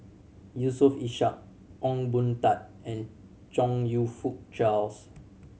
Yusof Ishak Ong Boon Tat and Chong You Fook Charles